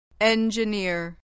engineer